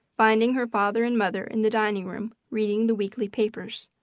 finding her father and mother in the dining room reading the weekly papers.